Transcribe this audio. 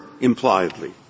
impliedly